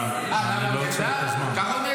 אני לא עוצר את הזמן.